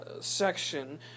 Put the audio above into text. section